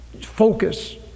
focus